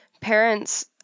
parents